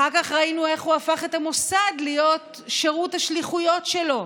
אחר כך ראינו איך הוא הפך את המוסד להיות שירות השליחויות שלו,